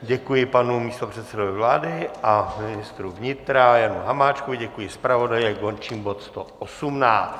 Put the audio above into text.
Děkuji panu místopředsedovi vlády a ministru vnitra Janu Hamáčkovi, děkuji zpravodaji a končím bod 118.